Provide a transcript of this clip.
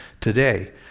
today